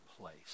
place